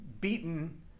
beaten